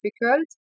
difficult